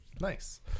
Nice